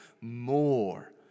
more